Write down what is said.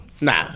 Nah